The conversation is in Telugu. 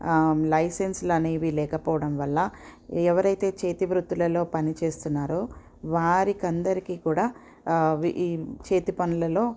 లైసెన్స్లనేవి లేకపోవడం వల్ల ఎవరైతే చేతి వృత్తులలో పనిచేస్తున్నారో వారికందరికీ కూడా వి చేతి పనులలో